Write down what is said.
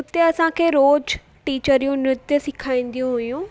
हुते असांखे रोज़ु टीचरियूं नृत्य सेखारींदियूं हुयूं